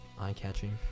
Eye-catching